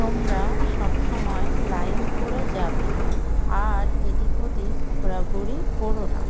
তোমরা সব সময় লাইন করে যাবে আর এদিক ওদিক ঘোরাঘুরি কোরো না